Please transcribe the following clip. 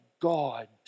God